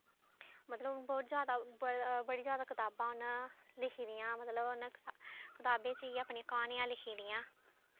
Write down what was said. मतलब बौह्त जादा बड़ी जादा कताबां उ'नें लिखी दियां मतलब उ'नें कताबें च इ'यै अपनियां क्हानियां लिखी दियां